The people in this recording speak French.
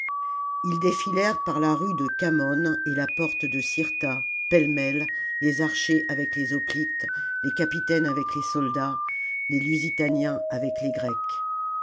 ils défilèrent par la rue de khamon et la porte de cirta pêle-mêle les archers avec les hoplites les capitaines avec les soldats les lusitaniens avec les grecs